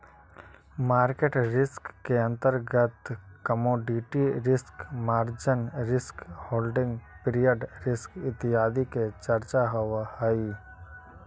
market risk के अंतर्गत commodity risk, margin risk, holding period risk इत्यादि के चर्चा होवऽ हई